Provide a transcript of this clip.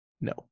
No